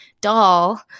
doll